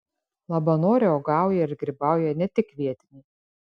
labanore uogauja ir grybauja ne tik vietiniai